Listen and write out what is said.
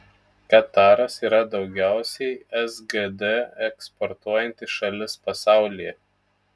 kataras yra daugiausiai sgd eksportuojanti šalis pasaulyje